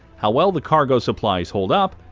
how well the cargo supplies hold up,